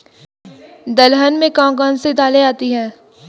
दलहन में कौन कौन सी दालें आती हैं?